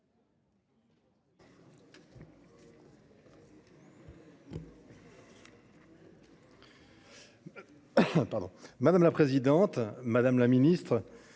Madame la présidente, madame la ministre,